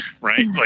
right